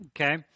okay